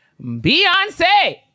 Beyonce